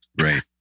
Right